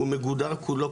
הוא מגודר כולו.